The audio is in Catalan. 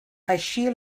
així